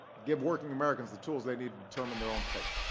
give working americans the tools they need to determine their own fate